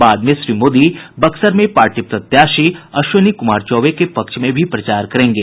बाद में श्री मोदी बक्सर में पार्टी प्रत्याशी अश्विनी कुमार चौबे के पक्ष में भी प्रचार करेंगे